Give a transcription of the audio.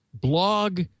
blog